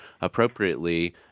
appropriately